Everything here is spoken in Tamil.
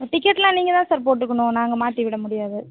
டிக்கட்லாம் நீங்கள் தான் சார் போட்டுக்கணும் நாங்கள் மாற்றிவிட முடியாது